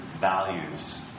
values